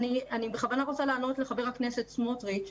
אני בכוונה רוצה לענות לח"כ סמוטריץ'.